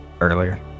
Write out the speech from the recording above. earlier